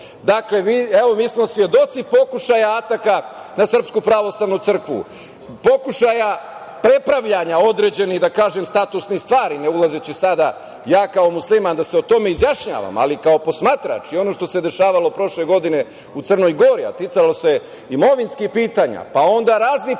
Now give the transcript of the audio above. drugome. Mi smo svedoci pokušaja ataka na Srpsku pravoslavnu crkvu, pokušaja prepravljanja određenih statusnih stvari, ne ulazeći sada ja kao Musliman da se o tome izjašnjavam, ali kao posmatrač i ono što se dešavalo prošle godine u Crnoj Gori, a ticalo se imovinskih pitanja, pa onda razni pokušaji